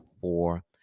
four